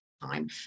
time